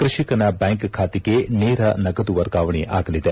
ಕೃಷಿಕನ bank ಖಾತೆಗೆ ನೇರ ನಗದು ವರ್ಗಾವಣೆ ಆಗಲಿದೆ